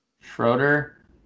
Schroeder